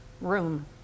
room